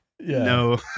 No